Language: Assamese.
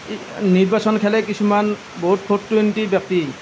নিৰ্বাচন খেলে কিছুমান বহুত ফ'ৰ টুৱেণ্টি ব্যক্তি